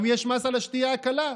גם יש מס על השתייה הקלה.